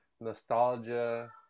nostalgia